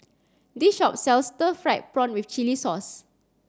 this shop sells stir fried prawn with chili sauce